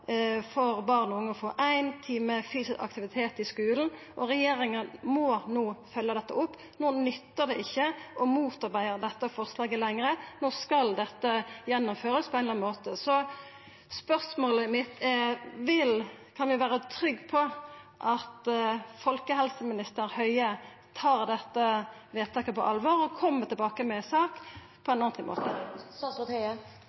for barn og unge å få éin time fysisk aktivitet i skulen, og regjeringa må no følgja dette opp. No nyttar det ikkje å motarbeida dette forslaget lenger, no skal dette gjennomførast på ein eller annen måte. Så spørsmålet mitt er: Kan vi vera trygge på at folkehelseminister Høie tar dette vedtaket på alvor og kjem tilbake med ei sak på